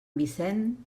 vicent